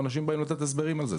אנשים באים לתת הסברים על זה,